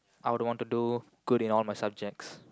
I'd want to do good in all my subjects